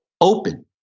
open